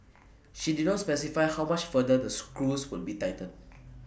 she did not specify how much further the screws would be tightened